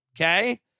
Okay